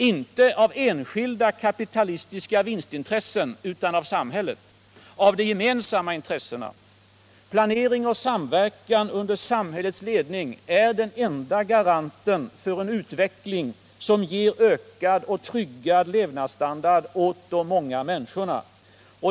Inte av enskilda kapitalistiska vinstintressen utan av samhället. Av de gemensamma intressena. Planering och samverkan under samhällets ledning är den enda garanten för en utveckling som ger ökad och tryggad levnadsstandard åt de många människorna.